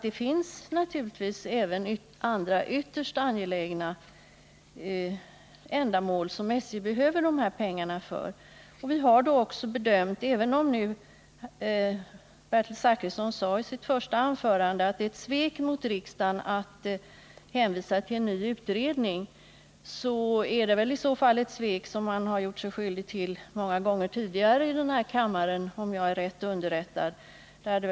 Det finns sj även andra ytterst angelägna ändamål som SJ behöver använda pengarna till. Bertil Zachrisson sade i sitt första anförande att det är ett svek mot riksdagen att hänvisa till en ny utredning. Det är väl i så fall ett svek som man har gjort sig skyldig till många gånger tidigare i denna kammare, om jag är rätt underrättad.